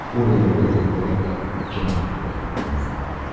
or in the local lockup, johnny ran wild.